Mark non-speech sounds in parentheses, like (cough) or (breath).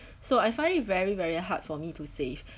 so I find it very very hard for me to save (breath)